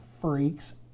freaks